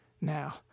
Now